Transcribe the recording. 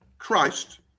christ